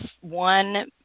one